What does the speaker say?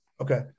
Okay